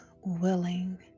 willing